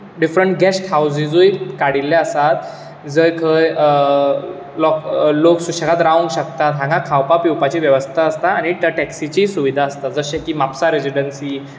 different guest हावजीजूय काडिल्ले आसात जंय खंय लोक सुशेगाद रावंक शकतात हांगा खावपा पिवपाची वेवस्था आसता आनी टॅक्सिचीय सुविधा आसता जशें की म्हापसा रेसिडेंसी